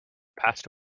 passed